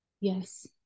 Yes